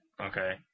Okay